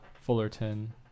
Fullerton